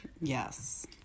Yes